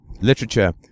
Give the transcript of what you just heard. literature